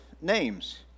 names